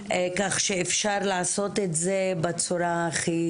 כך שאפשר לעשות את זה בצורה הכי,